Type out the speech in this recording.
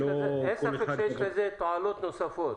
אין ספק שיש לזה תועלות נוספות.